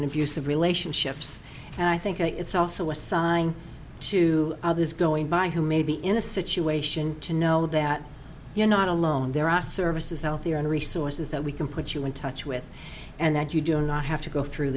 abusive relationships and i think it's also a sign to others going by who may be in a situation to know that you're not alone there are services healthier and resources that we can put you in touch with and that you do not have to go through